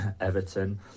Everton